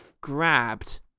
grabbed